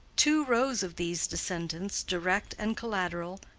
two rows of these descendants, direct and collateral,